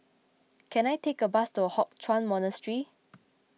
can I take a bus to Hock Chuan Monastery